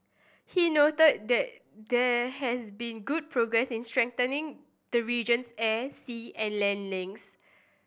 he noted that there has been good progress in strengthening the region's air sea and land links